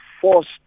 forced